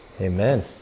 Amen